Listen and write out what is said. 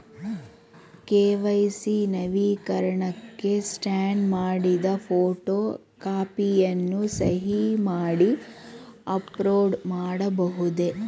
KYC ನವೀಕರಣಕ್ಕೆ scan ಮಾಡಿದ photo ಕಾಪಿಯನ್ನು ಸಹಿ ಮಾಡಿ ಅಪ್ಲೋಡ್ ಮಾಡಬಹುದೇ?